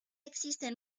existen